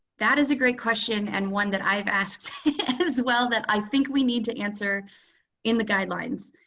that is a great question and one that i've asked as well that i think we need to answer in the guidelines.